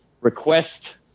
request